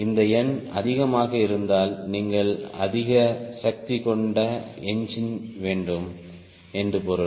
இந்த எண் அதிகமாக இருந்தால் நீங்கள் அதிக சக்தி கொண்ட என்ஜின் வேண்டும் என்று பொருள்